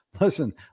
listen